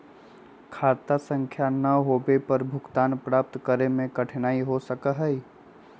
खाता संख्या ना होवे पर भुगतान प्राप्त करे में कठिनाई हो सका हई